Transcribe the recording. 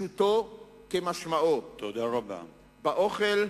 פשוטו כמשמעו, באוכל,